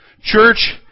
church